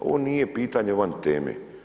Ovo nije pitanje van teme.